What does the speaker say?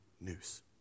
news